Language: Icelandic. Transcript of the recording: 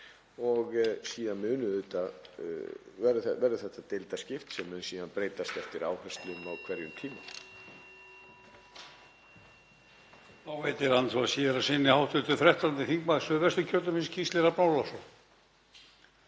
og síðan verður þetta deildaskipt sem mun síðan breytast eftir áherslum á hverjum tíma.